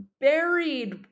buried